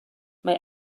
mae